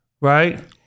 right